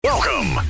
Welcome